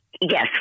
Yes